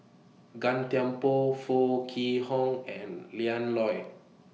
Gan Thiam Poh Foo Kwee Horng and Lian Loy